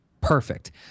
Perfect